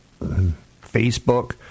Facebook